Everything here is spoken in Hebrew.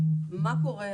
מה קורה?